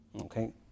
Okay